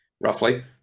roughly